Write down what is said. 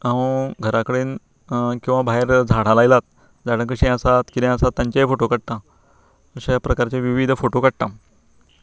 हांव घरा कडेन किंवां भायर झाडां लायलात झाडां कशीं आसात कितें आसात तांचेय फोटो काडटा अश्या प्रकारचे विविध फोटो काडटां